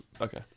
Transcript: Okay